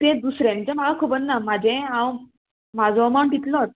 तें दुसऱ्यांचें म्हाका खबर ना म्हाजें हांव म्हाजो अमावंट तितलोच